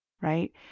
right